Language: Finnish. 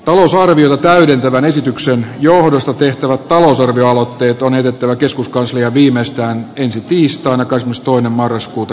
talousarviota täydentävän esityksen johdosta tehtävät talousarvioaloitteet on jätettävä keskuskansliaan viimeistään tiistaina kosmos toinen marraskuuta